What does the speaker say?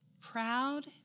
Proud